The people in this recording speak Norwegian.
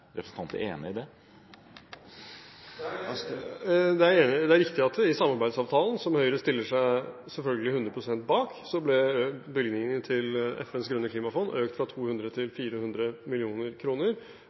representanten enig i det? Det er jeg enig i. Det er riktig at i samarbeidsavtalen, som Høyre selvfølgelig stiller seg hundre prosent bak, ble bevilgningene til FNs grønne klimafond økt fra 200